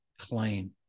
claim